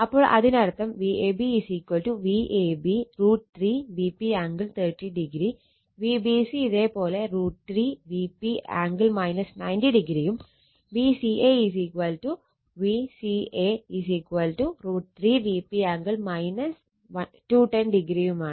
അപ്പോൾ അതിനർത്ഥം Vab VAB √ 3 Vp angle 30o Vbc ഇതേ പോലെ √ 3 Vp ആംഗിൾ 90o യും Vca VCA √ 3 Vp angle 210o യുമാണ്